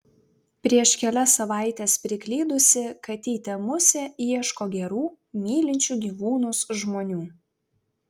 prieš kelias savaites priklydusi katytė musė ieško gerų mylinčių gyvūnus žmonių